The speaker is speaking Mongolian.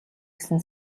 гэсэн